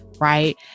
right